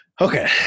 Okay